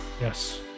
Yes